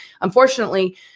Unfortunately